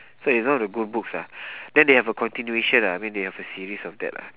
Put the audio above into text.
so is one of the good books ah then they have a continuation ah I mean they have a series of that lah